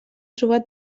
trobat